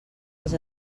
els